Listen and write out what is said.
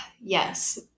Yes